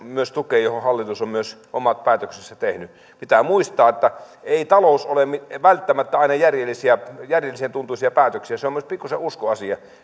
myös tukee kotitalousvähennys josta hallitus on myös omat päätöksensä tehnyt pitää muistaa että ei talous ole välttämättä aina järjellisen tuntuisia päätöksiä se on myös pikkusen uskon asia